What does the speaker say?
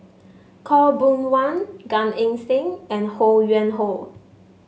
Khaw Boon Wan Gan Eng Seng and Ho Yuen Hoe